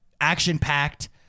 action-packed